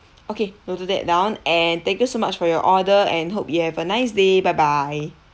okay noted that down and thank you so much for your order and hope you have a nice day bye bye